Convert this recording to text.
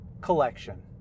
collection